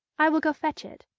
i will go fetch it.